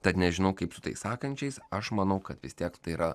tad nežinau kaip su tais sakančiais aš manau kad vis tiek tai yra